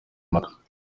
impaka